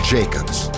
Jacobs